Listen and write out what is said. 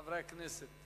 חברי הכנסת.